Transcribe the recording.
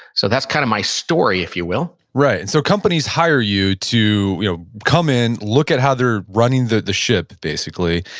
so that's kind of my story, if you will right. and so companies hire you to you know come in, look at how they're running the the ship, basically.